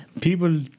People